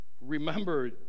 remember